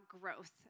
growth